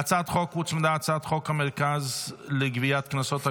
להצעת חוק המרכז לגביית קנסות,